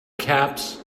caps